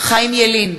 חיים ילין,